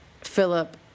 Philip